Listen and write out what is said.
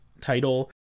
title